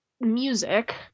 music